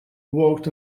worked